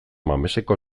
mameseko